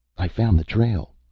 i found the trail.